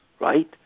right